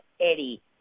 Eddie